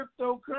cryptocurrency